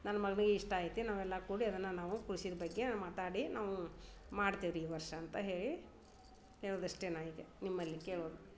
ನನ್ನ ಮಗ್ನಿಗೆ ಇಷ್ಟ ಐತಿ ನಾವೆಲ್ಲ ಕೂಡಿ ಅದನ್ನು ನಾವು ಕೃಷೀದು ಬಗ್ಗೆ ನಾನು ಮಾತಾಡಿ ನಾವು ಮಾಡ್ತೀವಿ ರಿ ಈ ವರ್ಷ ಅಂತ ಹೇಳಿ ಹೇಳೋದು ಅಷ್ಟೆ ನಾನು ಹೀಗೆ ನಿಮ್ಮಲ್ಲಿ ಕೇಳೋದು